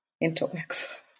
intellects